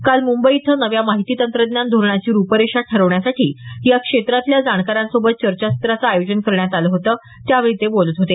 काल मुंबई इथं नव्या माहिती तंत्रज्ञान धोरणाची रुपरेषा ठरवण्यासाठी या क्षेत्रातल्या जाणकारांसोबत चर्चासत्रांचं आयोजन करण्यात आलं होतं त्यावेळी ते बोलत होते